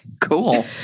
Cool